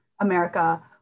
america